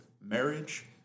marriage